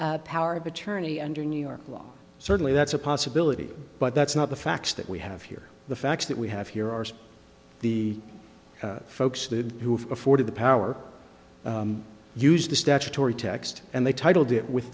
valid power of attorney under new york law certainly that's a possibility but that's not the facts that we have here the facts that we have here are the folks who have afforded the power use the statutory text and they titled it with